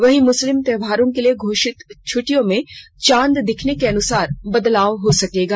वहीं मुस्लिम त्योहारों के लिए घोषित छुट्टियों में चांद दिखने के अनुसार बदलाव हो सकेगा